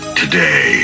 today